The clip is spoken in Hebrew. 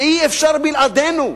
שאי-אפשר בלעדינו.